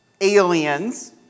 aliens